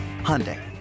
Hyundai